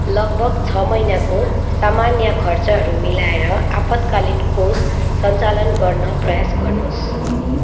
लगभग छ महिनाको सामान्य खर्चहरू मिलाएर आपतकालीन कोष सञ्चालन गर्न प्रयास गर्नुहोस्